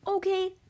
Okay